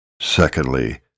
Secondly